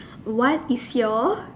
what is your